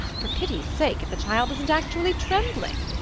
for pity's sake, if the child isn't actually trembling!